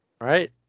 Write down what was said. right